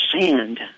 sand